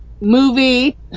Movie